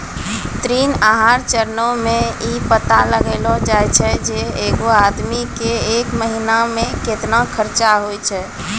ऋण आहार चरणो मे इ पता लगैलो जाय छै जे एगो आदमी के एक महिना मे केतना खर्चा होय छै